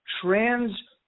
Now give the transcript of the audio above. trans